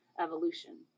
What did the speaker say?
evolution